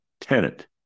tenant